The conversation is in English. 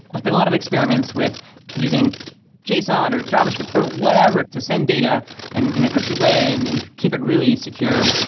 there's been a lot of experiments with using json, or javascript, or whatever to send data and in a cryptic way and and keep it really secure.